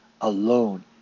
alone